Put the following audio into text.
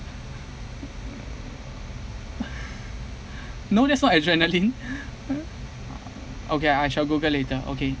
no that's not adrenaline okay I shall google later okay